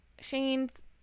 shane's